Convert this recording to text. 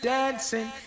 Dancing